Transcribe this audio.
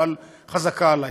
אבל חזקה עלי.